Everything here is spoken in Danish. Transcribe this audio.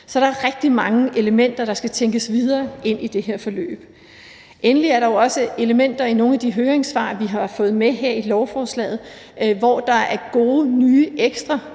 Så der er rigtig mange elementer, der skal tænkes videre ind i det her forløb. Endelig er der jo også elementer i nogle af de høringssvar, vi har fået med her i lovforslaget, hvor der er gode nye, ekstra